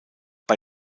bei